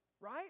right